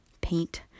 paint